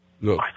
look